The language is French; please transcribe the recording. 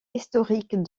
historique